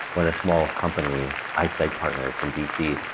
when a small company, isight partners in d. c,